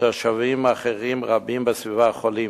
ותושבים רבים אחרים בסביבה חולים.